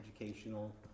educational